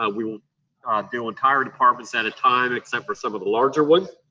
ah we will do entire departments at a time, except for some of the larger ones